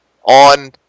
on